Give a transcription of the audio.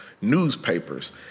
newspapers